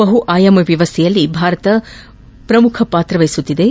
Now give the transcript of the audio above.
ಬಹು ಆಯಾಮ ವ್ಲವಸ್ಥೆಯಲ್ಲಿ ಭಾರತ ಅತಿ ಮುಖ್ಯ ಪಾತ್ರ ವಹಿಸುತ್ತಿದ್ದು